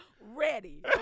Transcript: Ready